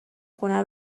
خونه